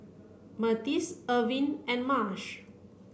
Myrtis Irvine and Marsh